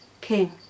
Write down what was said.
king